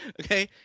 okay